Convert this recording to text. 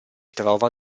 trova